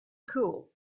cool